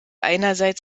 einerseits